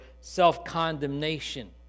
self-condemnation